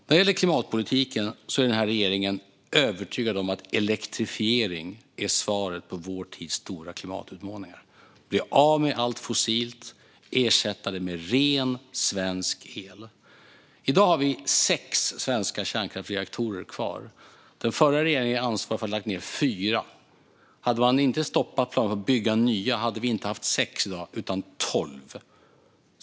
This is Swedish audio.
När det gäller klimatpolitiken är regeringen övertygad om att elektrifiering är svaret på vår tids stora klimatutmaningar. Vi ska bli av med allt fossilt och ersätta det med ren svensk el. I dag har vi sex svenska kärnkraftsreaktorer kvar. Den förra regeringen har ansvaret för att fyra lades ned, och hade man inte stoppat planerna på att bygga nya hade vi inte haft sex i dag utan tolv.